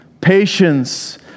patience